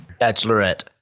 Bachelorette